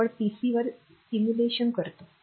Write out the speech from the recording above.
तर आपण पीसी वर सिम्युलेशन करतो